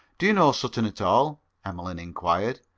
do you know sutton at all emmeline inquired.